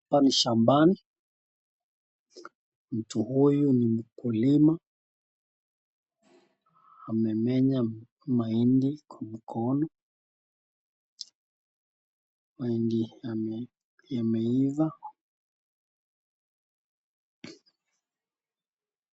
Hapa ni shambani; mtu huyu ni mkulima. Amemenya mahindi na mkono. Mahindi imeiva.